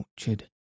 orchard